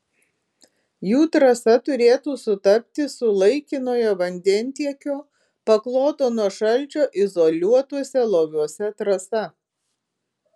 jų trasa turėtų sutapti su laikinojo vandentiekio pakloto nuo šalčio izoliuotuose loviuose trasa